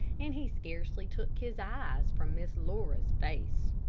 and he scarcely took his eyes from miss laura's face.